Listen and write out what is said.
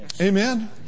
Amen